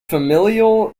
familial